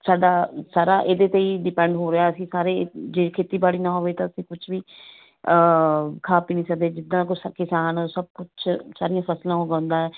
ਸਾਡਾ ਸਾਰਾ ਇਹਦੇ 'ਤੇ ਹੀ ਡਿਪੈਂਡ ਹੋ ਰਿਹਾ ਅਸੀਂ ਸਾਰੇ ਜੇ ਖੇਤੀਬਾੜੀ ਨਾ ਹੋਵੇ ਤਾਂ ਅਸੀਂ ਕੁਛ ਵੀ ਖਾ ਪੀ ਨਹੀਂ ਸਕਦੇ ਜਿੱਦਾਂ ਕੋਈ ਸ ਕਿਸਾਨ ਸਭ ਕੁਛ ਸਾਰੀਆਂ ਫਸਲਾਂ ਉਹ ਉਗਾਉਂਦਾ